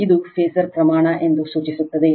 ಇದು ಫಾಸರ್ ಪ್ರಮಾಣ ಎಂದು ಸೂಚಿಸುತ್ತದೆ